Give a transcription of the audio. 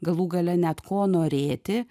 galų gale net ko norėti